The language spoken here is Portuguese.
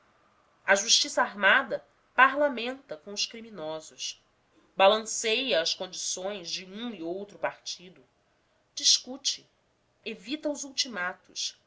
a justiça armada parlamentada com os criminosos balanceia as condições de um e outro partido discute evita os ultimatos